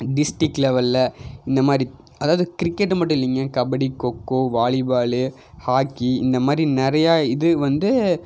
district லெவலில் இந்த மாதிரி அதாவது கிரிக்கெட்டு மட்டும் இல்லைங்க கபடி கொக்கோ வாலிபாலு ஹாக்கி இந்த மாதிரி நிறையா இது வந்து